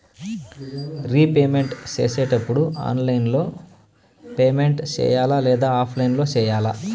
repayment సేసేటప్పుడు online లో payment సేయాలా లేదా ఆఫ్లైన్ లో సేయాలా